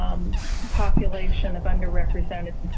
population of underrepresented